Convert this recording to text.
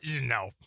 No